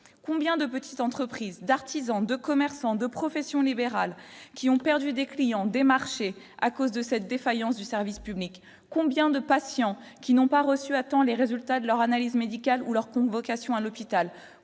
combien de petites entreprises d'artisans, de commerçants, de professions libérales qui ont perdu des clients démarchés à cause de cette défaillance du service public, combien de patients qui n'ont pas reçu à temps les résultats de leur analyse médicale ou leur convocation à l'hôpital,